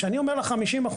כשאני אומר לך 50%,